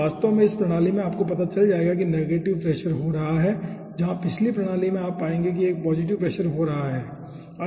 तो वास्तव में इस प्रणाली में आपको पता चल जाएगा कि नेगेटिव प्रेशर हो रहा है जहां पिछली प्रणाली में आप पाएंगे कि एक पॉज़िटिव प्रेशर हो रहा है ठीक है